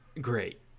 Great